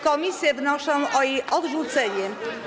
Komisje wnoszą o jej odrzucenie.